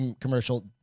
Commercial